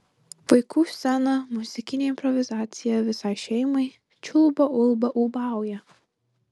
vaikų scena muzikinė improvizacija visai šeimai čiulba ulba ūbauja